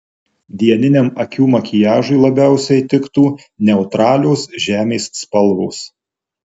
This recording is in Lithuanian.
dieniniam akių makiažui labiausiai tiktų neutralios žemės spalvos